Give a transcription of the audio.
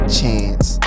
chance